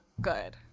good